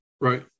Right